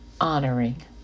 honoring